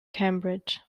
cambridge